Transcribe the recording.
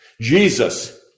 Jesus